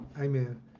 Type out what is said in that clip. amen